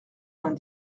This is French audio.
vingt